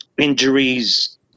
injuries